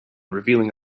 revealing